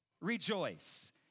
rejoice